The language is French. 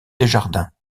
desjardins